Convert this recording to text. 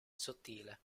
sottile